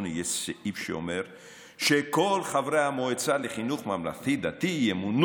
הקואליציוני יש סעיף שאומר שכל חברי המועצה לחינוך ממלכתי-דתי ימונה